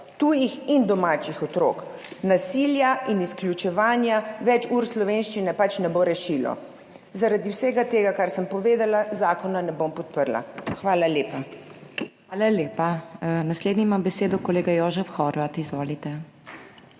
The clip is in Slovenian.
tujih in domačih otrok, nasilja in izključevanja več ur slovenščine pač ne bo rešilo. Zaradi vsega tega kar sem povedala zakona ne bom podprla. Hvala lepa. **PODPREDSEDNICA MAG. MEIRA HOT:** Hvala lepa. Naslednji ima besedo kolega Jožef Horvat, izvolite.